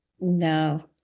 No